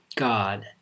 God